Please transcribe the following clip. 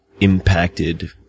impacted